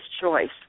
choice